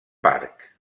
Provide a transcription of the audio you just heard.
parc